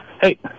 Hey